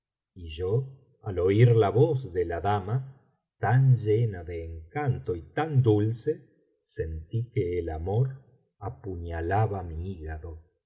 y yo al oír la voz de la dama tan llena de encanto y tan dulce sentí que el amor apuñalaba mi hígado